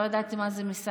לא ידעתי מה זה מסמל,